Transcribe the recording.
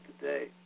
today